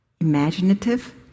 imaginative